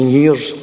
years